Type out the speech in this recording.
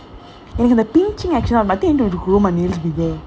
pinching னா மட்டும்:naa mattum I think I need to grow my nails bigger